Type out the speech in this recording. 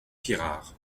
pirard